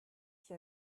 qui